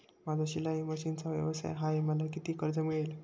माझा शिलाई मशिनचा व्यवसाय आहे मला किती कर्ज मिळेल?